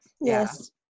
Yes